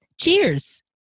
Cheers